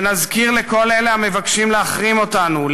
ונזכיר לכל אלה המבקשים להחרים אותנו,